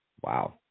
wow